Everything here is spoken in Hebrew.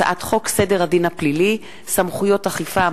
הצעת חוק סדר הדין הפלילי (סמכויות אכיפה,